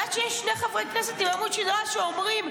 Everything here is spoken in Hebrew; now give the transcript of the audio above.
ועד שיש שני חברי כנסת עם עמוד שדרה שאומרים,